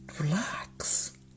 relax